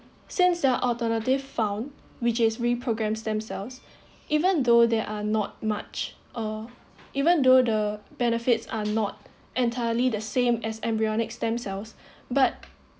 since there are alternative found which is reprogrammed themselves even though there are not much uh even though the benefits are not entirely the same as embryonic stem cells but